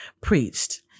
preached